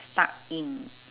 stuck in